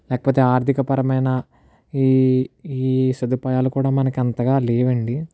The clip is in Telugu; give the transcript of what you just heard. లేకపోతే ఆర్థికపరమైన ఈ ఈ సదుపాయాలు కూడా మనకు అంతగా లేవండి